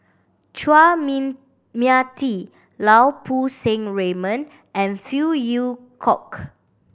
Chua Mia Tee Lau Poo Seng Raymond and Phey Yew Kok